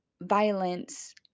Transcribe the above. violence